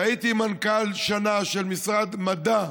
והייתי שנה מנכ"ל של משרד המדע,